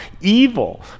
evil